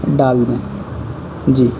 ڈال دیں جی